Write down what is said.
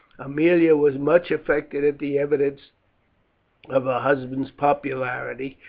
aemilia was much affected at the evidence of her husband's popularity,